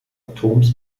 atoms